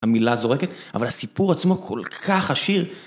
המילה זורקת, אבל הסיפור עצמו כל כך עשיר.